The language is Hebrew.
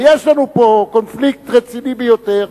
ויש לנו פה קונפליקט רציני ביותר,